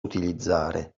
utilizzare